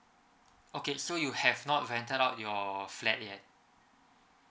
okay so you have not rented out your flat yet